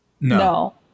no